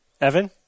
Evan